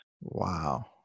Wow